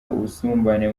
ubusumbane